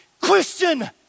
Christian